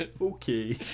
Okay